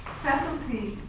faculty,